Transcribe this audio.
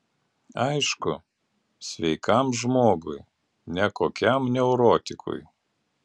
aišku sveikam žmogui ne kokiam neurotikui